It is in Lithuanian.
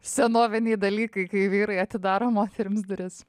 senoviniai dalykai kai vyrai atidaro moterims duris